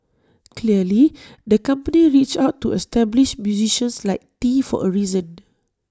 clearly the company reached out to established musicians like tee for A reason